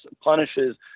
punishes